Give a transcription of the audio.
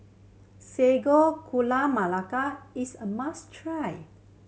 Sago Gula Melaka is a must try